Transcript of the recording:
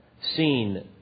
seen